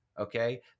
Okay